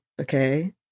okay